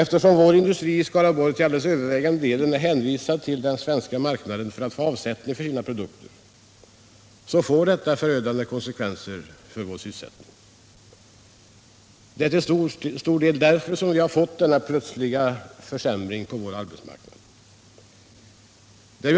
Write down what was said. Eftersom vår industri i Skaraborg till alldeles övervägande delen är hänvisad till den svenska marknaden för att få avsättning för sina produkter, får detta förödande konsekvenser för sysselsättningen i länet. Det är till stor del därför som vi fått denna plötsliga försämring på vår arbetsmarknad.